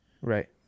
right